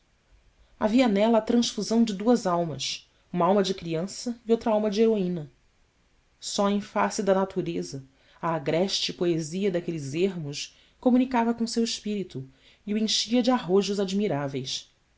havia nela a transfusão de duas almas uma alma de criança e outra alma de heroína só em face da natureza a agreste poesia daqueles ermos comunicava com seu espírito e o enchia de arrojos admiráveis